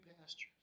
pastures